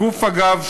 אגב, הגוף שיושב,